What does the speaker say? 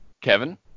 Kevin